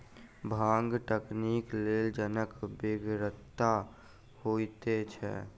भांग कटनीक लेल जनक बेगरता होइते छै